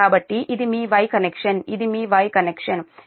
కాబట్టి ఇది మీ Y కనెక్షన్ ఇది మీ Y కనెక్షన్ ఈ వైపు j0